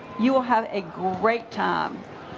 you'll have a great time.